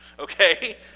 Okay